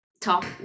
talk